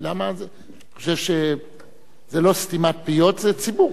זה לא סתימת פיות, זה ציבור.